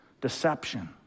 Deception